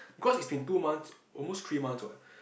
because it's been two months almost three months what